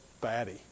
batty